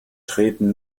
treten